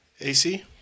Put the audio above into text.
AC